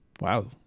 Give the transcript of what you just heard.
Wow